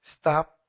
Stop